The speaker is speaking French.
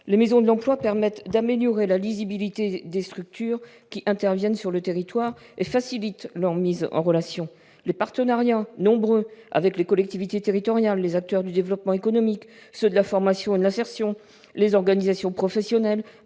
Les maisons de l'emploi permettent d'améliorer la lisibilité des structures qui interviennent sur le territoire et facilitent leur mise en relation. Les nombreux partenariats avec les collectivités territoriales, les acteurs du développement économique, ceux de la formation et de l'insertion, les organisations professionnelles,